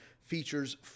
features